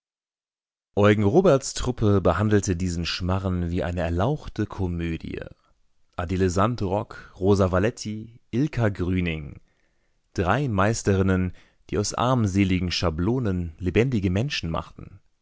eugen roberts truppe behandelte diesen schmarren wie eine erlauchte komödie adele sandrock rosa valetti ilka grüning drei meisterinnen die aus armseligen schablonen lebendige menschen machten